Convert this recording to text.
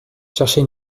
cherchait